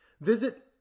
Visit